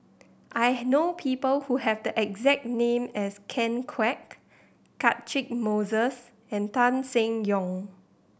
I know people who have the exact name as Ken Kwek Catchick Moses and Tan Seng Yong